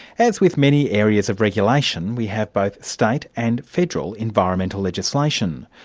as with many areas of regulation, we have both state and federal environmental legislation.